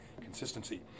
consistency